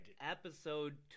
Episode